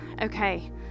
okay